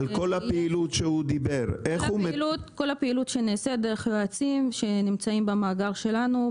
כל הפעילות נעשית דרך יועצים שנמצאים במאגר שלנו,